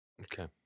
Okay